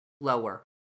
lower